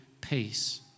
peace